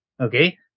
okay